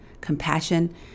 compassion